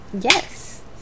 yes